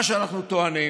מה שאנחנו טוענים